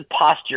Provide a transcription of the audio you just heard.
posture